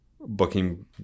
booking